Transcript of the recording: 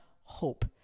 hope